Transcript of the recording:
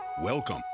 Welcome